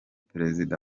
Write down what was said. perezida